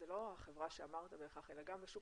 זה לא החברה שאמרת בהכרח אלא גם בשוק